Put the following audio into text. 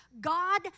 God